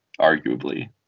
arguably